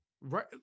Right